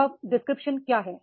job description क्या है